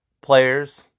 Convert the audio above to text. players